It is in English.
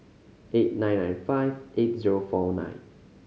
eight nine nine five eight zero four nine